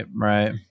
right